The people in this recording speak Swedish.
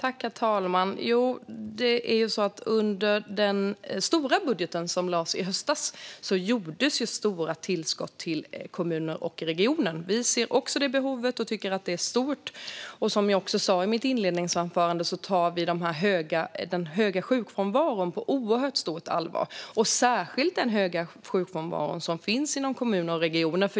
Herr talman! I den stora budgeten som lades i höstas gjordes stora tillskott till kommuner och regioner. Vi ser också det stora behovet. Som jag sa i mitt inledningsanförande tar vi den höga sjukfrånvaron på oerhört stort allvar, särskilt den höga sjukfrånvaron som finns inom kommuner och regioner.